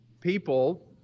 people